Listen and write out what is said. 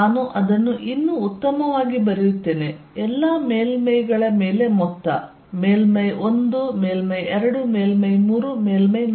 ನಾನು ಅದನ್ನು ಇನ್ನೂ ಉತ್ತಮವಾಗಿ ಬರೆಯುತ್ತೇನೆ ಎಲ್ಲಾ ಮೇಲ್ಮೈಗಳ ಮೇಲೆ ಮೊತ್ತ ಮೇಲ್ಮೈ 1 ಮೇಲ್ಮೈ 2 ಮೇಲ್ಮೈ 3 ಮೇಲ್ಮೈ 4